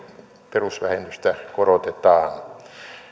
perusvähennystä korotetaan